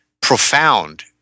profound